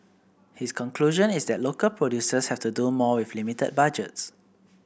his conclusion is that local producers have to do more with limited budgets